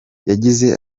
yagize